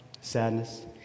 Sadness